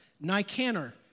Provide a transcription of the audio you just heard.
Nicanor